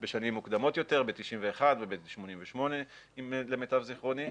בשנים מוקדמות יותר, ב-91' וב-88', למיטב זיכרוני.